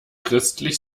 christlich